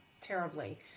terribly